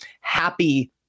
happy